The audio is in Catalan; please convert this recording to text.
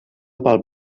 pel